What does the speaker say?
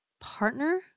partner